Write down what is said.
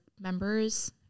members